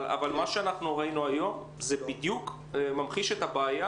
אבל מה שאנחנו ראינו היום בדיוק ממחיש את הבעיה